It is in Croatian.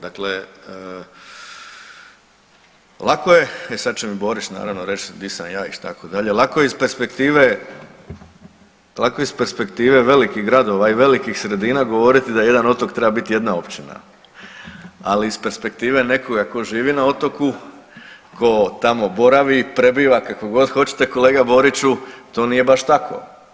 Dakle, lako je, e sad će mi Borić naravno reć di sam ja itd., lako je iz perspektive, lako je iz perspektive velikih gradova i velikih sredina govoriti da jedan otok treba bit jedna općina, ali iz perspektive nekoga ko živi na otoku, ko tamo boravi i prebiva, kako god hoćete, kolega Boriću to nije baš tako.